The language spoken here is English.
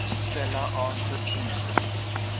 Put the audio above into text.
stella answered instantly.